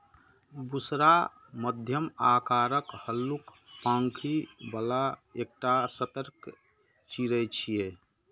बुशरा मध्यम आकारक, हल्लुक पांखि बला एकटा सतर्क चिड़ै छियै